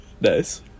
nice